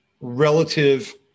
relative